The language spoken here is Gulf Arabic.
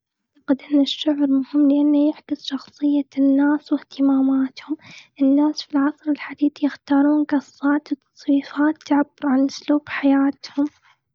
أعتقد إن الشعر مهم، لإنه يعكس شخصية الناس واهتماماتهم. الناس في العصر الحديث، يختارون قصات الصيصان تعبر عن أسلوب حياتهم.